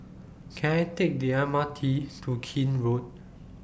Can I Take The M R T to Keene Road